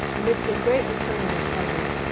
amidst a great returning of presents,